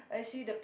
I see the